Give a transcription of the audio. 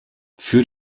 für